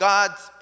God's